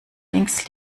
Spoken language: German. links